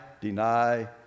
deny